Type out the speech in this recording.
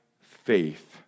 faith